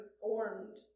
formed